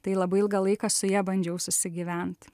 tai labai ilgą laiką su ja bandžiau susigyvent